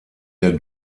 der